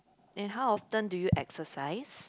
and how often do you exercise